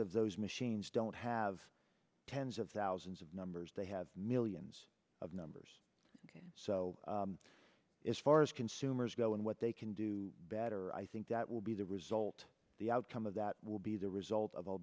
of those machines don't have tens of thousands of numbers they have millions of numbers ok so as far as consumers go and what they can do better i think that will be the result the outcome of that will be the result of a